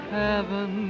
heaven